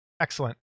Excellent